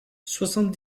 soixante